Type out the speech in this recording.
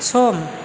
सम